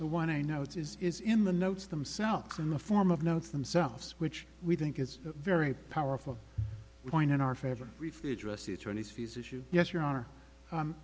the one i know it is is in the notes themselves in the form of notes themselves which we think is a very powerful point in our favor refit dress the attorneys fees issue yes your honor